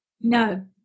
No